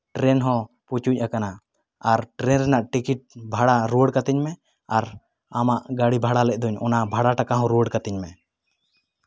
train ᱦᱚᱸ ᱯᱩᱪᱩᱡ ᱟᱠᱟᱱᱟ ᱟᱨ ᱴᱨᱮᱱ ᱨᱮᱱᱟᱜ ᱴᱤᱠᱤᱴ ᱵᱷᱟᱲᱟ ᱨᱩᱣᱟᱹᱲ ᱠᱟᱹᱛᱤᱧ ᱢᱮ ᱟᱨ ᱟᱢᱟᱜ ᱜᱟᱹᱰᱤ ᱵᱷᱟᱲᱟ ᱞᱮᱫ ᱫᱩᱧ ᱚᱱᱟ ᱵᱷᱟᱲᱟ ᱴᱟᱠᱟ ᱦᱚᱸ ᱨᱩᱣᱟᱹᱲ ᱠᱟᱹᱛᱤᱧ ᱢᱮ